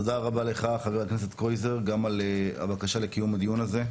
תודה רבה לך ח"כ קרויזר גם על הבקשה לקיום הדיון הזה.